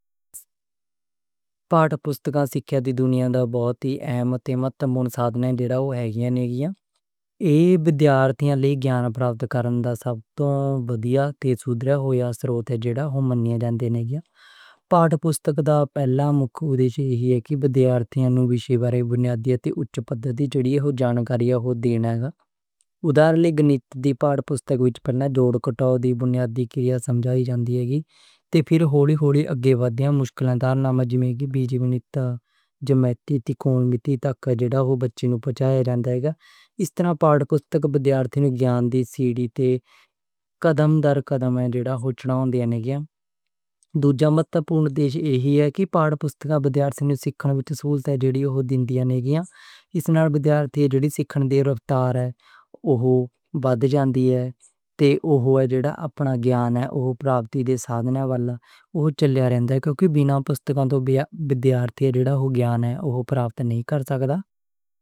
پاتھ پستکاں سکھیا دی دنیا دا بہت ہی اہم سادھن جدڑا ہو جاندا ہے۔ ایہہ ودھیارتھیاں لئے گیان پراپت کرنے دا سب توں بدیا تے سودھر ہویا سراتھ ہے جدڑا اوہ مننے ہیں جانتے ہیں۔ پاتھ پستک دا پہلا مکھی ادیش ایہی رہندا ہے کہ ودھیارتھی نوں وشیان نوں اونچی پدرتی جانکاریاں دینی ہے۔ ابتدائی گنت وچ پہلے جوڑ، گھٹاؤ تے بنیادی کریا سکھائی جاندی، تے پھر ہول ہولے اگے ودھیا مشکل نام جیوں کہ بیجگنیت، جیومیٹری، جو بچے نوں بتائی جاندی۔ اس طرح پاتھ پستک ودھیارتھیاں نوں گیان دیوے، درجے تے قدم بہ قدم جیہڑا اون چڑھاؤنگا۔ دوجا مہتم پورن تات ایہی ہے کہ پاتھ پستک ودھیارتھی نوں سکھائے گی یا نہیں گیا۔ نالے ودھیارتھی جیڑی سکھن دی رفتار بد جانگی ہے۔ تے اوہدا جدڑا اپنا گیان اوہ پراپتی دے سادھنا والا توں چاندی جولی رہندا، کیونکہ بنا پستک توں ودھیارتھی جدڑا گیان ہے اوہ پراپتی نہیں کر سکدا۔